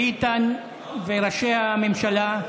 ביטן וראשי הממשלה.